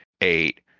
eight